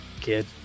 kid